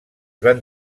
van